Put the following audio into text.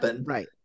Right